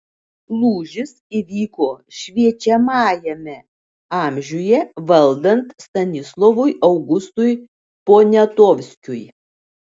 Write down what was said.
lūžis įvyko šviečiamajame amžiuje valdant stanislovui augustui poniatovskiui